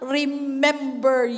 remember